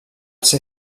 ser